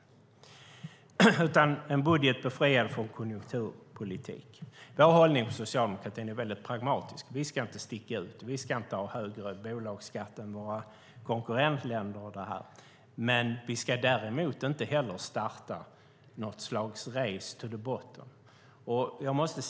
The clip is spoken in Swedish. Det är fråga om en budget befriad från konjunkturpolitik. Socialdemokratins hållning är pragmatisk. Vi ska inte sticka ut och ha högre bolagsskatt än våra konkurrentländer. Men vi ska inte heller starta något slags "race to the bottom".